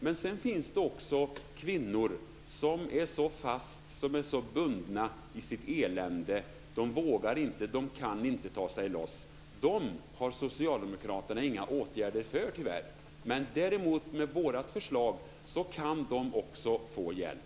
Men sedan finns det också kvinnor som är så bundna i sitt elände att de inte vågar eller kan ta sig loss. Dem har Socialdemokraterna tyvärr inga åtgärder för. Med vårt förslag däremot kan de också få hjälp.